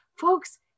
folks